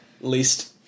least